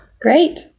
Great